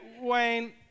Wayne